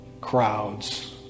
crowds